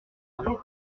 amants